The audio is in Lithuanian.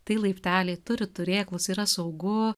tai laipteliai turi turėklus yra saugu